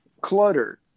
clutter